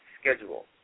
schedule